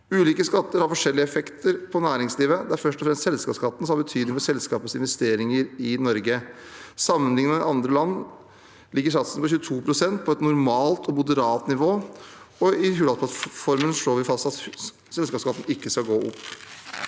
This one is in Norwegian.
Ulike skatter har forskjellige effekter for næringslivet. Det er først og fremst selskapsskatten som har betydning for selskapenes investeringer i Norge. Sammenlik net med andre land ligger satsen på 22 pst. på et normalt og moderat nivå. I Hurdalsplattformen slår vi fast at selskapsskatten ikke skal gå opp.